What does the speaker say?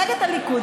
ומפלגת הליכוד,